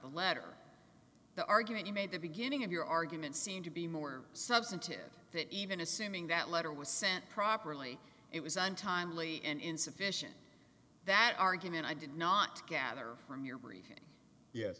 the letter the argument you made the beginning of your argument seem to be more substantive that even assuming that letter was sent properly it was untimely and insufficient that argument i did not gather from your briefing yes